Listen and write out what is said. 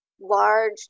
large